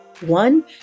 One